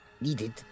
needed